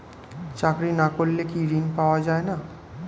চাকরি না করলে কি ঋণ পাওয়া যায় না?